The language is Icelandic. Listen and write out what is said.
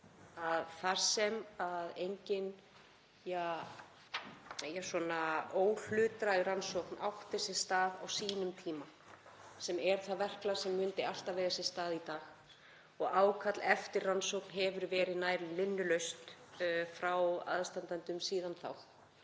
þar sem engin óhlutdræg rannsókn átti sér stað á sínum tíma, sem er það verklag sem myndi alltaf eiga sér stað í dag, og ákall eftir rannsókn hefur verið nær linnulaust frá aðstandendum síðan þá.